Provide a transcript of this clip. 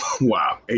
Wow